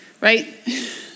right